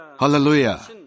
Hallelujah